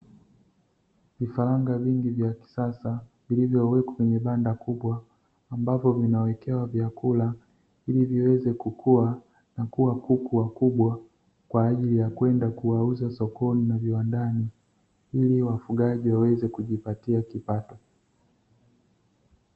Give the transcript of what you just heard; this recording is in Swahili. Vifaranga vingi vya kisasa vilivyowekwa kwenye banda kubwa, ambavyo vinawekewa vyakula ili viweze kukua na kuwa kuku wakubwa, kwa ajili ya kwenda kuwauza sokoni na viwandani ili wakulima waweze kujipatia kipato.